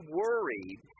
worried